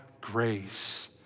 grace